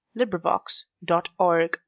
LibriVox.org